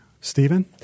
Stephen